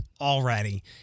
already